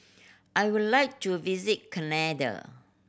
I would like to visit Canada